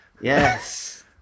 Yes